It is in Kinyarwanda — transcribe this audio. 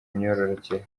myororokere